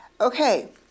Okay